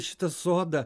šitą sodą